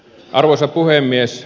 arvoisa puhemies